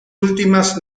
últimas